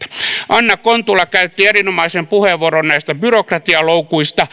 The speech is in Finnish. anna kontula käytti erinomaisen puheenvuoron näistä byrokratialoukuista